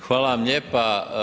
Hvala vam lijepa.